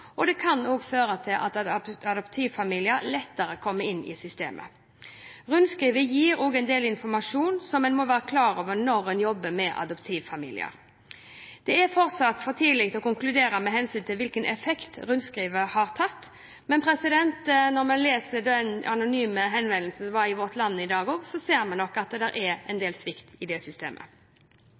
og det kan føre til at adoptivfamilier lettere kommer inn i «systemet». Rundskrivet gir også en del informasjon som en må være klar over når en jobber med adoptivfamilier. Det er fortsatt for tidlig å konkludere med hensyn til hvilken effekt rundskrivet har fått, men når vi leser det anonyme innlegget som var i Vårt Land i dag, ser vi nok at det er en del svikt i systemet.